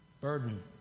burden